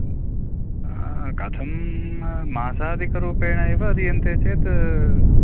कथं मासादिकरुपेण एव दीयन्ते चेत्